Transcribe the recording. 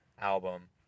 album